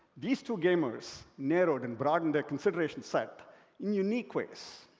these two gamers narrowed and broadened their consideration set in unique ways.